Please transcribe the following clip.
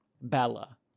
Bella